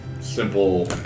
simple